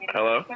Hello